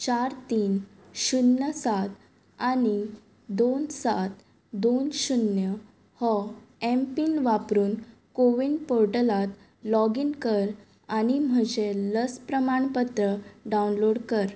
चार तीन शुन्न सात आनी दोन सात दोन शुन्य हो एम पीन वापरून कोवीन पोर्टलांत लॉग ईन कर आनी म्हजें लस प्रमाणपत्र डावनलोड कर